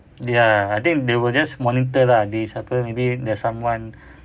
ya I think they will just monitor lah this apa maybe there's someone